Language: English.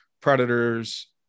Predators